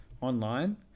online